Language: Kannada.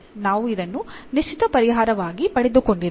ನಾವು ಇದನ್ನು ನಿಶ್ಚಿತ ಪರಿಹಾರವಾಗಿ ಪಡೆದುಕೊಂಡಿದ್ದೇವೆ